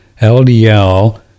ldl